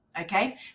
Okay